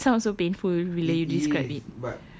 does it sound so painful bila you describe it